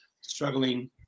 struggling –